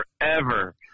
forever